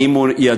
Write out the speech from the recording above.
ואם הוא ידוע,